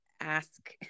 ask